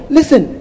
listen